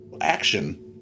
action